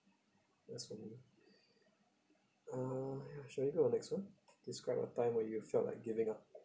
it was for me uh should we go next [one] describe a time where you felt like giving up